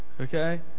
Okay